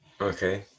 Okay